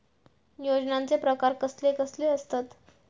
योजनांचे प्रकार कसले कसले असतत?